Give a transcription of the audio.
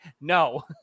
No